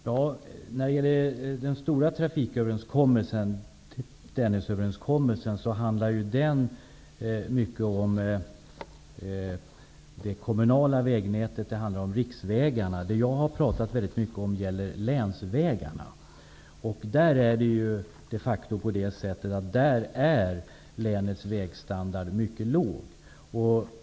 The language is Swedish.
Herr talman! Den stora trafiköverenskommelsen, Dennisöverenskommelsen, handlar mycket om det kommunala vägnätet och riksvägarna. Jag har pratat väldigt mycket om länsvägarna. Länets vägstandard är de facto mycket låg.